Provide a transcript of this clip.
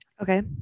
okay